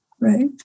Right